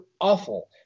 awful